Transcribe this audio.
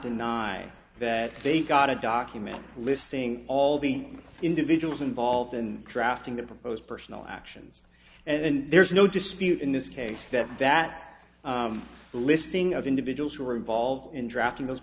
deny that they got a document listing all the individuals involved in drafting the proposed personal actions and there is no dispute in this case that that listing of individuals who were involved in drafting those